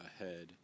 ahead